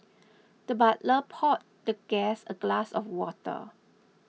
the butler poured the guest a glass of water